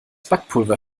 backpulver